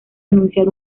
anunciar